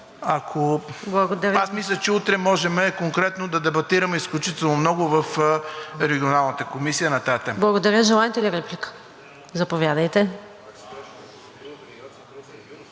Аз мисля, че утре можем конкретно да дебатираме изключително много в Регионалната комисия на тази тема.